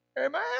Amen